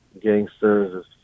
gangsters